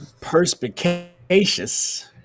perspicacious